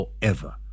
forever